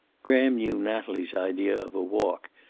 graham knew natalie's idea of a walk,